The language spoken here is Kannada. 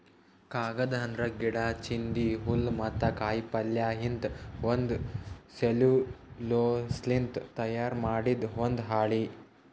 ಕಾಗದ್ ಅಂದ್ರ ಗಿಡಾ, ಚಿಂದಿ, ಹುಲ್ಲ್ ಮತ್ತ್ ಕಾಯಿಪಲ್ಯಯಿಂದ್ ಬಂದ್ ಸೆಲ್ಯುಲೋಸ್ನಿಂದ್ ತಯಾರ್ ಮಾಡಿದ್ ಒಂದ್ ಹಾಳಿ